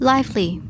Lively